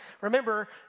Remember